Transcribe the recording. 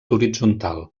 horitzontal